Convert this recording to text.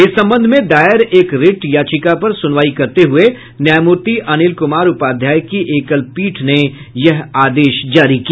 इस संबंध में दायर एक रिट याचिका पर सुनवाई करते हुए न्यायमूर्ति अनिल कुमार उपाध्याय की एकल पीठ ने यह आदेश जारी किया